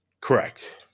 correct